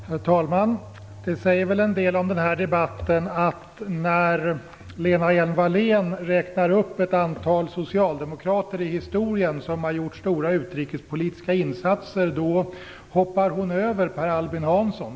Herr talman! Det säger väl en del om den här debatten att Lena Hjelm-Wallén, när hon räknar upp ett antal socialdemokrater i historien som har gjort stora utrikespolitiska insatser, hoppar över Per Albin Hansson.